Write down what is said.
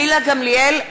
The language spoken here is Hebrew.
(קוראת בשמות חברי הכנסת) גילה גמליאל,